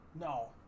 No